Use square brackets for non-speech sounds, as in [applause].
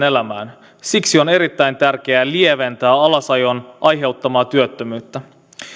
[unintelligible] elämään siksi on erittäin tärkeää lieventää alasajon aiheuttamaa työttömyyttä